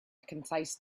concise